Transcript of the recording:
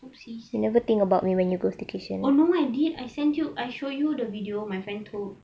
oopsie oh no I did I sent you I show the video my friend told